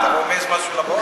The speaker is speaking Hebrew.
אתה רומז משהו לבאות?